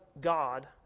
God